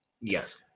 Yes